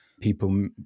people